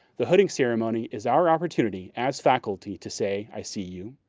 the hooding ceremony is our opportunity as faculty to say, i see you,